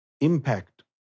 impact